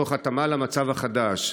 תוך התאמה למצב החדש,